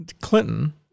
Clinton